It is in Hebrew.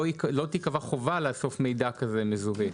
לא תיקבע חובה לאסוף מידע כזה מזוהה.